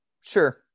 Sure